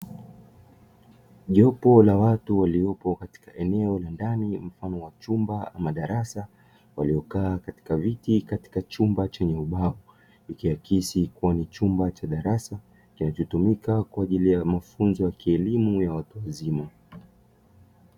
Jopo la watu waliopo katika eneo la ndani mfano wa chumba ama darasa, waliokaa katika viti katika chumba chenye ubao, ikiakisi kua ni chumba cha darasa kinacotumika kwa ajili ya mafunzo ya elimu ya watu wazima.